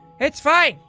it's fine.